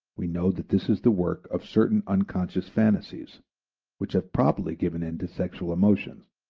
we know that this is the work of certain unconscious phantasies which have probably given in to sexual emotions,